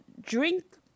drink